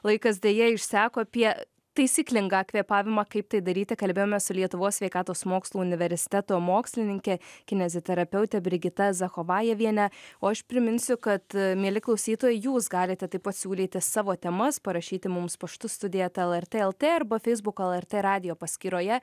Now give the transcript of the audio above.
laikas deja išseko apie taisyklingą kvėpavimą kaip tai daryti kalbėjomės su lietuvos sveikatos mokslų universiteto mokslininke kineziterapeute brigita zachovajeviene o aš priminsiu kad mieli klausytojai jūs galite taip pat siūlyti savo temas parašyti mums paštu studija eta lrt lt arba feisbuko lrt radijo paskyroje